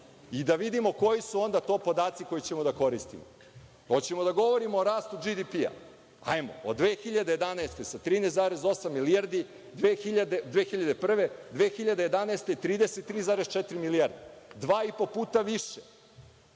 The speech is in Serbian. I da vidimo onda koji su onda to podaci koji ćemo da koristimo. Hoćemo li da govorimo o rastu BDP? Hajmo, od 2001. godine sa 13,8 milijardi, 2011. godine 33,4 milijarde, dva i po puta više.